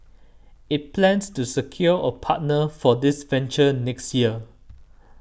it plans to secure a partner for this venture next year